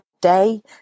day